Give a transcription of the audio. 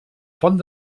font